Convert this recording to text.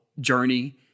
journey